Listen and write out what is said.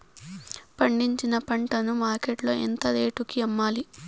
పండించిన పంట ను మార్కెట్ లో ఎంత రేటుకి అమ్మాలి?